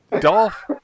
Dolph